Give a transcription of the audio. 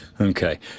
Okay